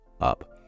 up